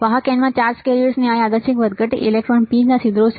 વાહક N માં charge કેરિયર્સની આ યાદચ્છિક વધઘટ એ ઇલેક્ટ્રોન છે P છિદ્રો છે